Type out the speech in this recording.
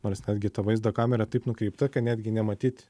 nors netgi ta vaizdo kamera taip nukreipta kad netgi nematyt